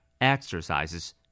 Exercises